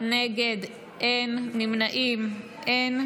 הסדרת העיסוק באימון ספורט),